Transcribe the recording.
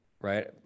right